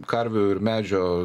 karvių ir medžio